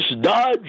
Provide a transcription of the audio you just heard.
Dodge